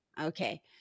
Okay